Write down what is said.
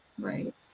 Right